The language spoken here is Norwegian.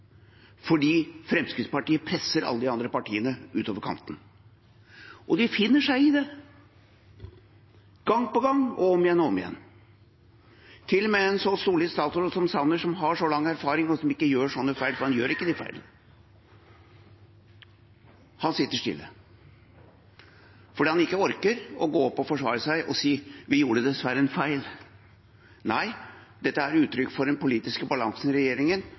fordi Fremskrittspartiet presser alle de andre partiene utover kanten. Og de finner seg i det – gang på gang og om igjen og om igjen. Til og med en så solid statsråd som Sanner, som har så lang erfaring, og som ikke gjør slike feil – for han gjør ikke de feilene – sitter stille. Han orker ikke å gå opp og forsvare seg og si: Vi gjorde dessverre en feil. Nei, dette er uttrykk for den politiske balansen i regjeringen,